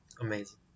Amazing